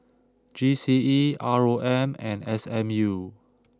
G C E R O M and S M U